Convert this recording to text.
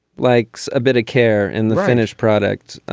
likes a bit of care and the finished product